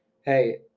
hey –